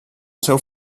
seu